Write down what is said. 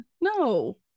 No